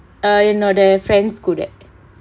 err you know their friends go there